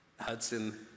Hudson